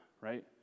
right